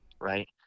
right